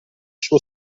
suo